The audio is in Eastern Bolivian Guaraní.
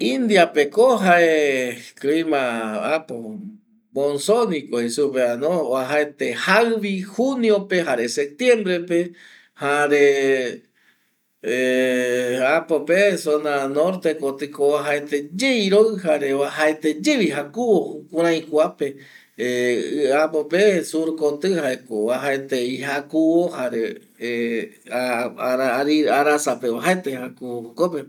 Indiapeko jae clima äpo monsonico jei supevano oajaete jaivi juniope jare septiembrepe jare äpope zona nortekotɨko jae oajaeteye iroɨ jare oajaeteyevi jakuvo jukurfai kuape äpope jaeko surkotɨ jaeko oajaetevi jakuvo jare arasape oajaetevi jakuvo jokope